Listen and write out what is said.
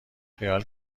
خیال